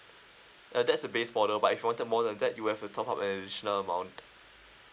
uh that's the base model but if you wanted more than that you have to top up an additional amount